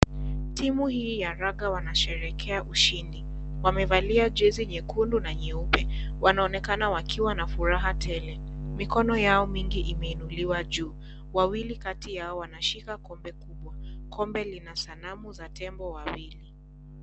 Timu hii ya raga wanasherehekea ushindi, wamevalia jezi nyekundu na nyeupe. Wanaoneka wakiwa na furaha tele. Mikono yao mingi imeinuliwa juu. Wawili kati yao wanashika kombe, huku Kombe lina sanamu za tembo wawili.